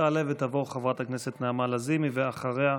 תעלה ותבוא חברת הכנסת נעמה לזימי, ואחריה,